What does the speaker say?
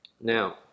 Now